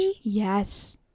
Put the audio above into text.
yes